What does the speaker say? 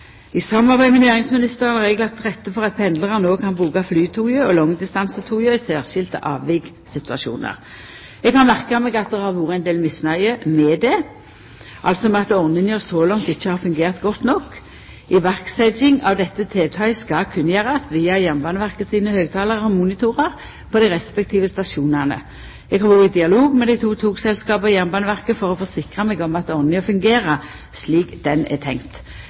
I samarbeid med næringsministeren har eg lagt til rette for at pendlarar no kan bruka Flytoget og langdistansetoga i særskilte avvikssituasjonar. Eg har merka meg at det har vore ein del misnøye med at ordninga så langt ikkje har fungert godt nok. Iverksetjing av dette tiltaket skal kunngjerast via Jernbaneverket sine høgtalarar og monitorar på dei respektive stasjonane. Eg har vore i dialog med dei to togselskapa og Jernbaneverket for å forsikra meg om at ordninga fungerer slik ho er tenkt.